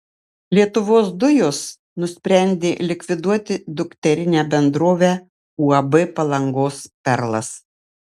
lietuvos dujos nusprendė likviduoti dukterinę bendrovę uab palangos perlas